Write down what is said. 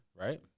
right